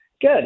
Good